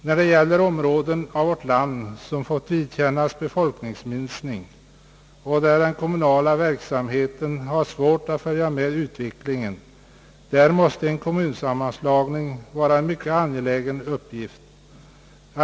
När det gäller områden av vårt land som fått vidkännas befolkningsminskning och där den kommunala verksamheten har svårt att följa med i utvecklingen, måste kommunsammanslagning vara en mycket angelägen uppgift.